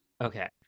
Okay